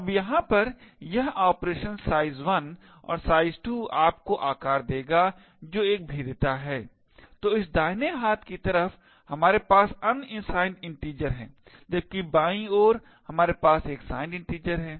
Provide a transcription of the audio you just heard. अब यहाँ पर यह ऑपरेशन size1 और size2 आपको आकार देगा जो एक भेद्यता है तो इस दाहिने हाथ की तरफ हमारे पास unsigned integer है जबकि बाईं ओर हमारे पास एक signed integer है